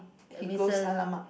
he goes !alamak!